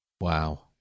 Wow